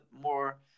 more